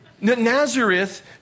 Nazareth